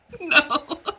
No